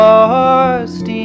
Lost